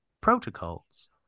protocols